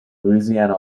louisiana